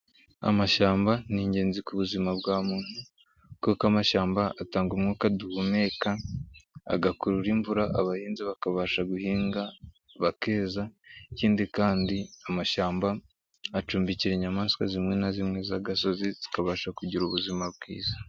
Amashyamba ni ingenzi ku buzima bwa muntu kuko amashyamba atanga umwuka duhumeka, agakurura imvura abahinzi bakabasha guhinga bakeza, ikindi kandi amashyamba acumbikira inyamaswa zimwe na zimwe z'agasozi zikabasha kugira ubuzima bwiza.